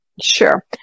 Sure